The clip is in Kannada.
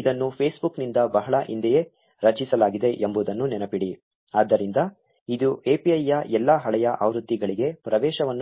ಇದನ್ನು ಫೇಸ್ಬುಕ್ನಿಂದ ಬಹಳ ಹಿಂದೆಯೇ ರಚಿಸಲಾಗಿದೆ ಎಂಬುದನ್ನು ನೆನಪಿಡಿ ಆದ್ದರಿಂದ ಇದು API ಯ ಎಲ್ಲಾ ಹಳೆಯ ಆವೃತ್ತಿಗಳಿಗೆ ಪ್ರವೇಶವನ್ನು ಹೊಂದಿದೆ